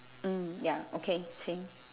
mm ya okay same